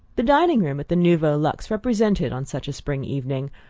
the dining-room at the nouveau luxe represented, on such a spring evening,